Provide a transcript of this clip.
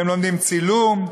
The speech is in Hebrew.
הם לומדים צילום,